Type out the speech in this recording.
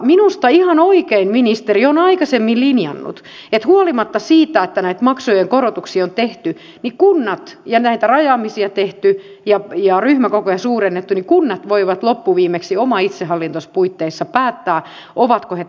minusta ihan oikein ministeri on aikaisemmin linjannut että huolimatta siitä että näitä maksujen korotuksia on tehty ja näitä rajaamisia tehty ja ryhmäkokoja suurennettu kunnat voivat loppuviimeksi oman itsehallintonsa puitteissa päättää ovatko he tässä mukana